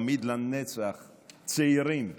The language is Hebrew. תמיד לנצח צעירים בעיניך: